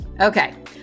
okay